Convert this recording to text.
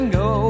go